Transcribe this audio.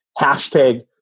hashtag